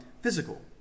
physical